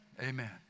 amen